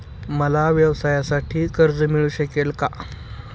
मला व्यवसायासाठी कर्ज मिळू शकेल का?